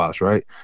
right